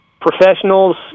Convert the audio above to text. professionals